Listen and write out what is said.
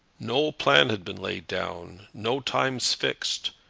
no plan had been laid down, no times fixed,